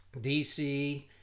DC